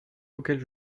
auxquels